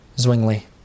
Zwingli